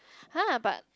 [huh] but